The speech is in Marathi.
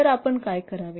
मग आपण काय करावे